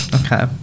Okay